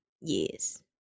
Yes